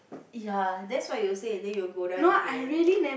ya that's what you say then you go down in the end